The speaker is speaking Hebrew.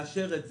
לאשר את זה.